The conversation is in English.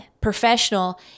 professional